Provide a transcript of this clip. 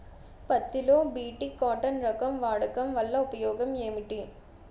పత్తి లో BT cotton రకం వాడకం వల్ల ఉపయోగం ఏమిటి?